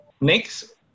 Next